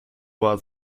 war